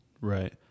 Right